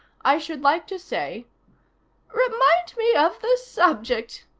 i should like to say remind me of the subject!